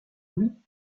louis